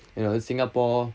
you know singapore